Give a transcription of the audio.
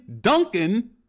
Duncan